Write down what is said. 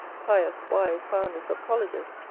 pious, wise founders of colleges,